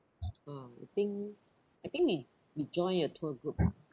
uh I think I think we we join a tour group lah